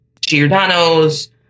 Giordano's